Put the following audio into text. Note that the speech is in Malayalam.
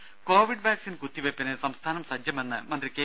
രും കോവിഡ് വാക്സിൻ കുത്തിവയ്പ്പിന് സംസ്ഥാനം സജ്ജമെന്ന് മന്ത്രി കെ